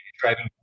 driving